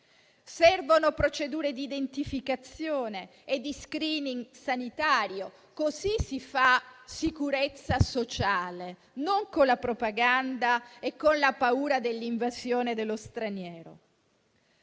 Servono procedure d'identificazione e *screening* sanitario: così si fa sicurezza sociale, non con la propaganda e con la paura dell'invasione dello straniero.